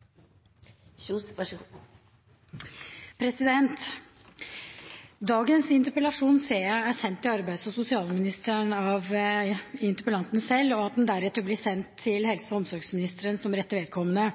sendt til arbeids- og sosialministeren av interpellanten selv, og at den deretter har blitt sendt til helse- og omsorgsministeren som rette vedkommende.